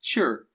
Sure